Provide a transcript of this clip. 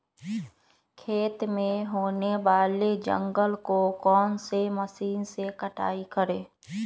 खेत में होने वाले जंगल को कौन से मशीन से कटाई करें?